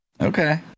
Okay